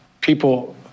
people